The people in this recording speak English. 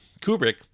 Kubrick